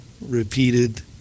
repeated